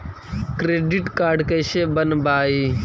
Credit card कैसे बनवाई?